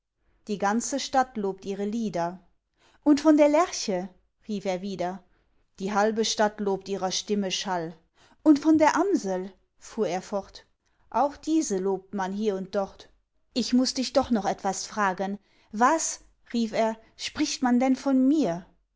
die ganze stadt lobt ihre lieder und von der lerche rief er wieder die halbe stadt lobt ihrer stimme schall und von der amsel fuhr er fort auch diese lobt man hier und dort ich muß dich doch noch etwas fragen was rief er spricht man denn von mir